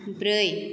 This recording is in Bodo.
ब्रै